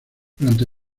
durante